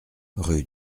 rue